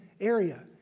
area